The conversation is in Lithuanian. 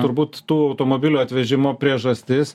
turbūt tų automobilių atvežimo priežastis